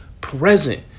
present